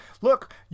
Look